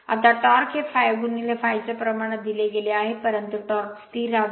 आता टॉर्क हे ∅∅ च्या प्रमाणात दिले गेले आहे परंतु टॉर्क स्थिर राहतो